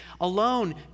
alone